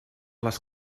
les